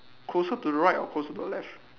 closer to right or closer to left